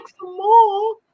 more